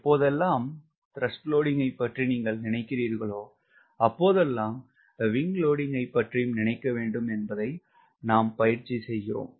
எப்போதெல்லாம் TWஐ பற்றி நீங்கள் நினைக்கிறீர்களோ அப்போதெல்லாம் WSஐ பற்றியும் நினைக்க வேண்டும் என்பதை நாம் பயிற்சி செய்கிறோம்